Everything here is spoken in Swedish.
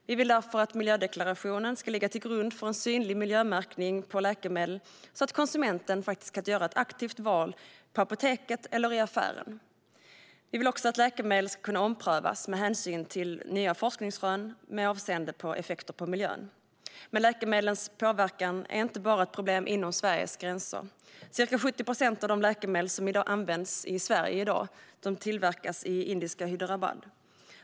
Vi vill därför att miljödeklarationen ska ligga till grund för en synlig miljömärkning på läkemedel, så att konsumenten kan göra ett aktivt val på apoteket eller i affären. Vi vill också att läkemedel ska kunna omprövas med hänsyn till nya forskningsrön avseende effekter på miljön. Men läkemedlens påverkan är inte bara ett problem inom Sveriges gränser. Ca 70 procent av de läkemedel som i dag används i Sverige tillverkas i indiska Hyderabad.